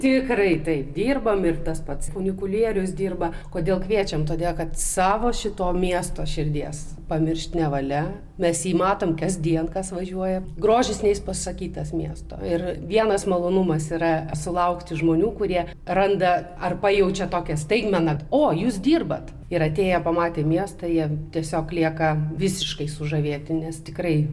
tikrai taip dirbam ir tas pats funikulierius dirba kodėl kviečiam todėl kad savo šito miesto širdies pamiršti nevalia mes jį matom kasdien kas važiuoja grožis neišpasakytas miesto ir vienas malonumas yra sulaukti žmonių kurie randa ar pajaučia tokią staigmeną o jūs dirbat ir atėję pamatė miestą jie tiesiog lieka visiškai sužavėti nes tikrai